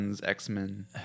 X-Men